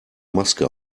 maske